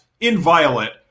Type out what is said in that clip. inviolate